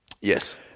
Yes